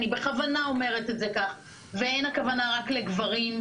אני בכוונה אומרת את זה כך ואין הכוונה רק לגברים,